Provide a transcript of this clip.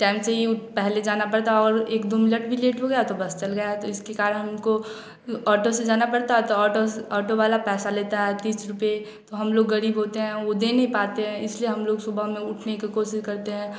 time से ई उत पहले जाना पड़ता और एक दु मिलट भी लेट हो गया तो बस चल गया तो इसी कारण उनको ऑटो से जाना पड़ता तो ऑटो से ऑटो वाला पैसा लेता है तीस रुपये तो हम लोग गरीब होते हैं वो दे नहीं पाते हैं इसलिए हम लोग सुबह में उठने के कोशिश करते हैं